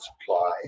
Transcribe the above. supply